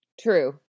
True